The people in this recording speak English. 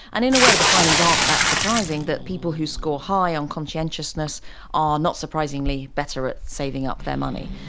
and in a way the findings aren't that surprising, that people who score high on conscientiousness are not surprisingly better at saving up their money.